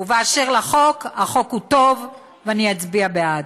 ובאשר לחוק, החוק הוא טוב, ואני אצביע בעד.